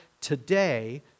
today